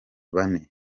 bane